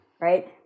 right